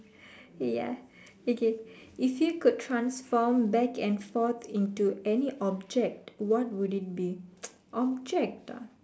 ya okay if you could transform back and forth into any object what would it be object ah